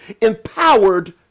empowered